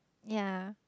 ya